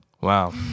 Wow